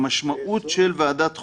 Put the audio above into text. המשמעות של ועדת החוקה,